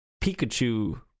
Pikachu